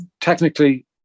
technically